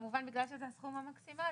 כמובן בגלל שזה הסכום המקסימלי,